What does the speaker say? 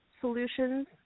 solutions